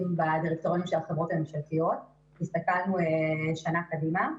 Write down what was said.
בדירקטוריונים של החברות הממשלתיות והסתכלנו שנה קדימה.